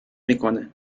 میکنه